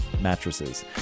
mattresses